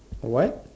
what